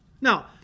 Now